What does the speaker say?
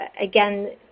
again